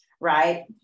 Right